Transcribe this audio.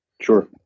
Sure